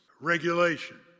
regulation